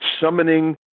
summoning